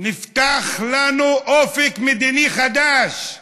נפתח לנו אופק מדיני חדש,